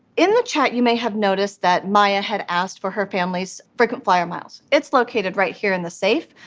in the chat, you may have noticed that maya had asked for her family's frequent flier miles. it's located right here in the safe,